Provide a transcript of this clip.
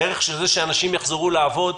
הערך של זה שאנשים יחזרו לעבוד,